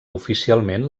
oficialment